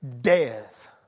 death